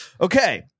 Okay